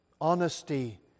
honesty